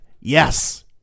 Yes